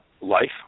life